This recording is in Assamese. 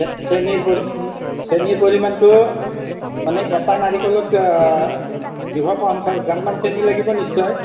চে চেনীৰ পৰি চেনীৰ পৰিমাণটো মানে এটা নাৰিকলত দুশ পঞ্চাছ গ্ৰামমান চেনী লাগিব নিশ্চয়